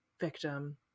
victim